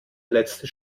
letzte